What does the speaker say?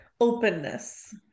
openness